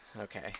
Okay